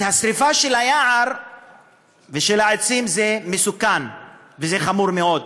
השרפה של היער ושל העצים זה מסוכן וזה חמור מאוד,